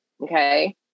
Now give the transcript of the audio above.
Okay